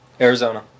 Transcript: Arizona